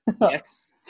Yes